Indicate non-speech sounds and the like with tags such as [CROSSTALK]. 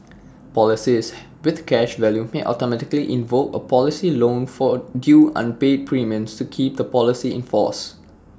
policies with cash value may automatically invoke A policy loan for [HESITATION] due unpaid premiums to keep the policy in force